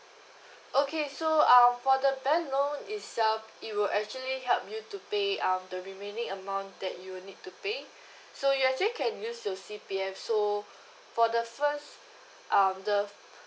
okay so um for the bank loan itself it will actually help you to pay uh the remaining amount that you need to pay so you actually can use your C_P_F to for the first um the